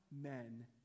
men